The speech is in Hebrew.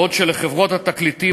בעוד לחברות התקליטים,